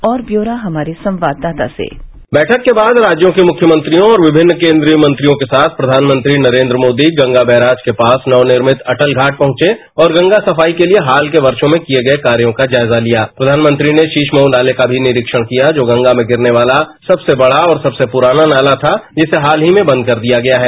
और ब्यौरा हमारे संवाददाता से बैठक के बाद राज्यों के मुख्यमंत्रियों और विभिन्न केंद्रीय मंत्रियों के साथ प्रधानमंत्री गंगा बैराज के पास नवनिर्मित अटल घाट पहचे और गंगा सफाई के लिए हाल के वर्षो में किए गए कार्यों का जायजा लिया प्रधानमंत्री ने शीश मऊ नाले का भी निरीक्षण किया जो गंगा में गिरने वाला सबसे बड़ा और सबसे प्रराना डाला था जिसे हाल ही में बंद कर दिया गया है